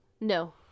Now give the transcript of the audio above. No